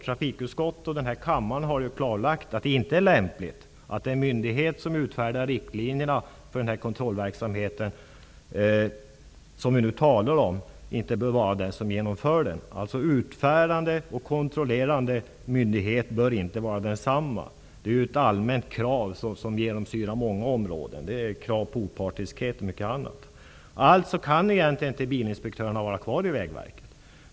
Trafikutskottet och denna kammare har klarlagt att det inte är lämpligt att den myndighet som utfärdar riktlinjerna för den kontrollverksamhet som vi nu talar om är den som också genomför kontrollen. Utfärdande och kontrollerande myndighet bör inte vara en och samma myndighet. Det är ett allmänt krav som genomsyrar många områden. Det ställs krav på opartiskhet och mycket annat. Alltså kan inte bilinspektörerna vara kvar i Vägverket.